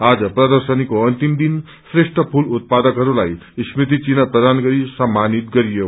आज प्रर्दशनीको अन्तिम दिन श्रेष्ठ फूल उत्पदकहरूलाई स्मृति चिन्ह प्रदान गरिसम्मानित पनि गरियो